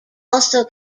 also